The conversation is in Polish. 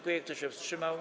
Kto się wstrzymał?